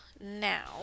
now